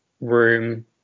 room